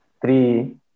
three